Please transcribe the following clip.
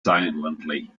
silently